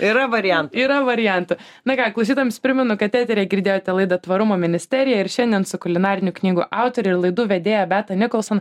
yra variantų yra variantų na ką klausytojams primenu kad eteryje girdėjote laida tvarumo ministerija ir šiandien su kulinarinių knygų autore ir laidų vedėja beata nicholson